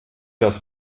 das